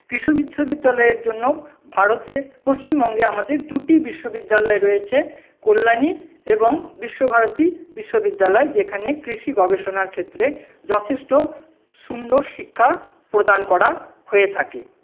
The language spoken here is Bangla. কৃষি বিশ্ববিদ্যালয়ের জন্য ভারতে পশ্চিমবঙ্গে আমাদের দুটি বিশ্ববিদ্যালয় রয়েছে কল্যাণী এবং বিশ্বভারতী বিশ্ববিদ্যালয় যেখানে কৃষি গবেষণার ক্ষেত্রে যথেষ্ট সুন্দর শিক্ষা প্রদান করা হয়ে থাকে